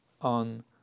on